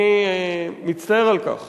אני מצטער על כך